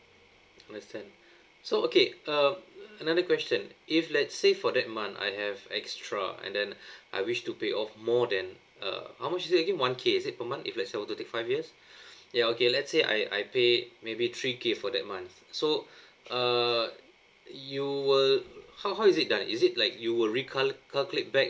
understand so okay um another question if let's say for that month I have extra and then I wish to pay off more than uh how much is it again one K is it per month if let's say I were to take five years ya okay let's say I I pay maybe three K for that month so uh you will how how is it done is it like you will recal~ calculate back